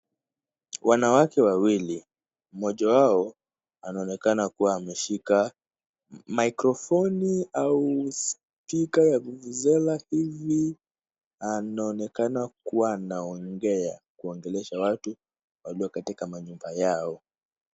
Wanawake wawili, mmoja wao anaonekana kuwa ameshika microphone au spika ya vuvuzela hivi anaonekana kuwa. Anaongea kuongelesha watu wakiwa katika manyumba yao.